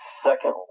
second